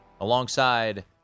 Alongside